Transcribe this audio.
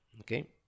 okay